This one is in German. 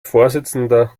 vorsitzender